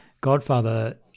Godfather